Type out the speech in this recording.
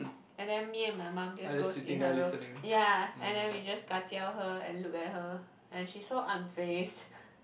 and then me and my mum just goes into her room ya and then we just kacau her and look at her and she's so unfazed